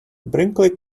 brinkley